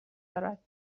دارد